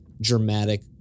dramatic